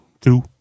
two